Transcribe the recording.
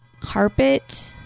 carpet